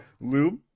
Lube